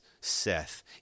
Seth